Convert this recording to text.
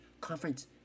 Conference